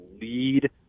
lead